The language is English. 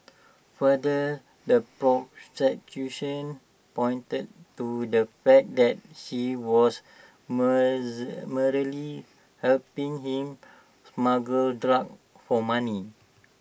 further the prosecution pointed to the fact that she was merely helping him smuggle drugs for money